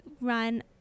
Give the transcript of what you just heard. run